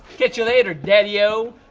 catch you later, daddy-o!